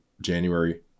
January